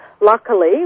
luckily